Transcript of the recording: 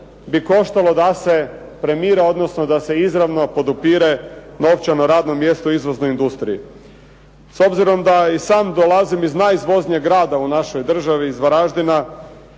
bi koštalo da se premira, odnosno da se izravno podupire novčano radno mjesto u izvoznoj industriji. S obzirom da i sam dolazim iz najizvoznijeg grada u našoj državi, iz Varaždina,